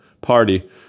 party